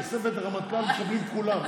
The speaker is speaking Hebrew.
תוספת רמטכ"ל מקבלים כולם,